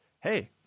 Hey